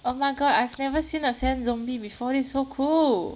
oh my god I've never seen a sand zombie before this is so cool